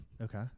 Okay